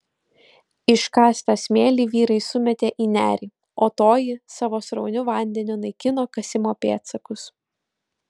iškastą smėlį vyrai sumetė į nerį o toji savo srauniu vandeniu naikino kasimo pėdsakus